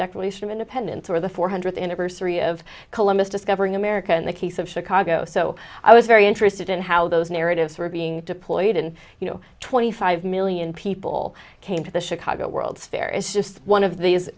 declaration of independence or the four hundredth anniversary of columbus discovering america in the case of chicago so i was very interested in how those narratives were being deployed and you know twenty five million people came to the chicago world's fair is just one of these